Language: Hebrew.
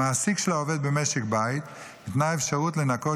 למעסיק של עובד במשק בית ניתנה אפשרות לנקות